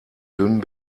dünn